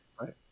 Right